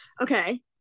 okay